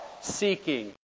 seeking